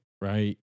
right